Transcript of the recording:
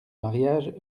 mariage